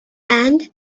and